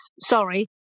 sorry